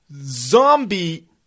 zombie